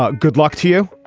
ah good luck to you.